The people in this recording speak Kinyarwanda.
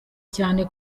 cyane